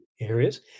areas